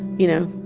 you know,